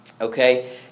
okay